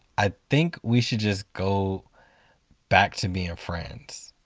i think we should just go back to being friends.